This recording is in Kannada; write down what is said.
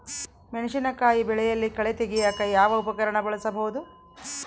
ಮೆಣಸಿನಕಾಯಿ ಬೆಳೆಯಲ್ಲಿ ಕಳೆ ತೆಗಿಯಾಕ ಯಾವ ಉಪಕರಣ ಬಳಸಬಹುದು?